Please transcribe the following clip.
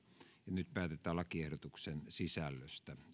nyt päätetään lakiehdotuksen sisällöstä